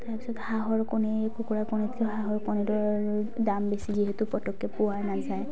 তাৰপিছত হাঁহৰ কণী কুকুৰা কণীতকৈ হাঁহৰ কণীটোৰ দাম বেছি যিহেতু পটককে পোৱা নাযায়